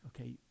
Okay